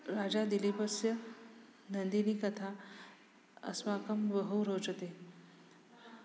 राजा दिलीपस्य नन्दिनीकथा अस्माकं बहु रोचते